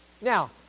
Now